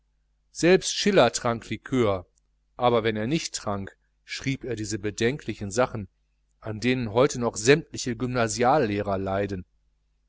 selbst schiller trank likör aber wenn er nicht trank schrieb er diese bedenklichen sachen an denen heute noch sämmtliche gymnasiallehrer leiden